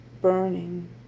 burning